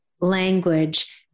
language